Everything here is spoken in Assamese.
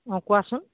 অঁ কোৱাচোন